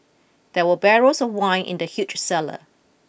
there were barrels of wine in the huge cellar